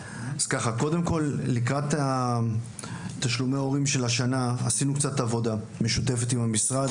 קודם כל לקראת תשלומי ההורים של השנה עשינו קצת עבודה משותפת עם המשרד.